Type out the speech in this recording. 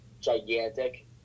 gigantic